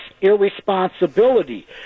irresponsibility